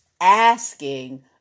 asking